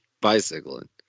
bicycling